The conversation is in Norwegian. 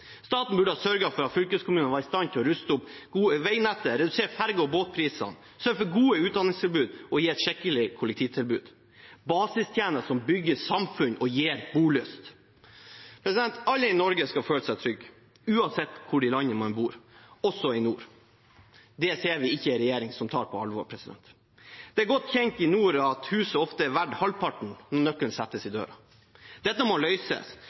ha sørget for at fylkeskommunene var i stand til å ruste opp veinettet, redusert billettprisene på ferger og båter, sørget for gode utdanningstilbud og gitt et skikkelig kollektivtilbud – basistjenester som bygger samfunn og gir bolyst. Alle i Norge skal føle seg trygge, uansett hvor i landet de bor – også i nord. Det ser vi ikke en regjering som tar på alvor. Det er godt kjent i nord at et hus ofte er verdt halvparten når nøkkelen settes i døra. Dette må